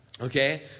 Okay